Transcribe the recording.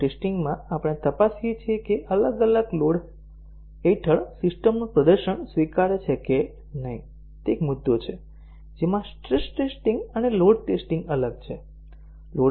load ટેસ્ટિંગમાં આપણે તપાસીએ છીએ કે અલગ અલગ લોડ હેઠળ સિસ્ટમનું પ્રદર્શન સ્વીકાર્ય છે કે નહીં તે એક મુદ્દો છે જેમાં સ્ટ્રેસ ટેસ્ટિંગ અને લોડ ટેસ્ટિંગ અલગ છે